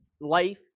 life